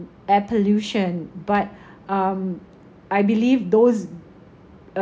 air pollution but um I believe those